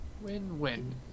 Win-win